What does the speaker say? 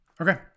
Okay